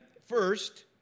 first